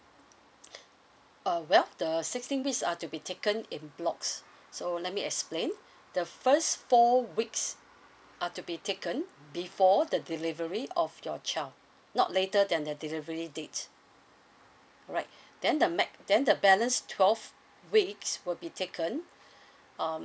uh well the sixteen weeks are to be taken in blocks so let me explain the first four weeks are to be taken before the delivery of your child not later than the delivery date alright then the mac then the balance twelve weeks will be taken um